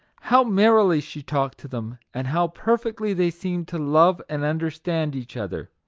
how merrily she talked to them, and how perfectly they seemed to love and understand each other!